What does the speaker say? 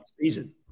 season